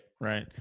right